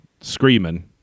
screaming